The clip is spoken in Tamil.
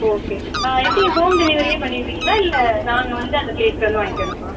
ஓகே எப்படி ஹோம் டெலிவரியே பண்ணிருவீங்களா இல்லை நாங்கள் வந்து அந்த பிளேஸில் வந்து வாங்கிக்கணுமா